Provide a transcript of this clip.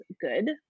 good